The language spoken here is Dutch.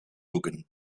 boeken